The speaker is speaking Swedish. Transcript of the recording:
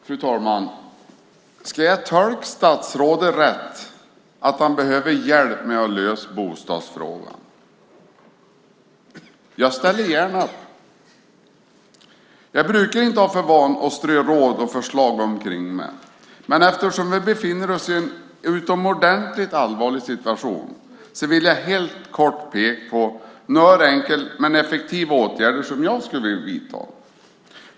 Fru talman! Tolkar jag statsrådet rätt att han behöver hjälp att lösa bostadsfrågan? Jag ställer gärna upp. Jag brukar inte ha för vana att strö råd och förslag omkring mig. Men eftersom vi befinner oss i en utomordentligt allvarlig situation vill jag helt kort peka på några enkla men effektiva åtgärder som jag skulle vilja vidta.